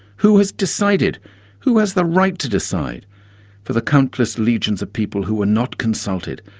who has decided who has the right to decide for the countless legions of people who were not consulted,